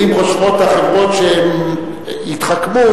ואם חושבות החברות שהן יתחכמו,